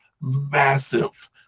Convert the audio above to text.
massive